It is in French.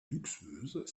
luxueuse